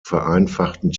vereinfachten